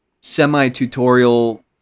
semi-tutorial